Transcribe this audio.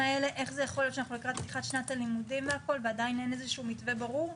שאנחנו לקראת פתיחת שנת הלימודים ועדיין אין מתווה ברור.